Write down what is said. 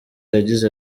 yagize